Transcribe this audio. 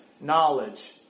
knowledge